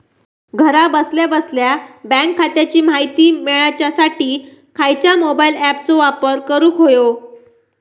घरा बसल्या बसल्या बँक खात्याची माहिती मिळाच्यासाठी खायच्या मोबाईल ॲपाचो वापर करूक होयो?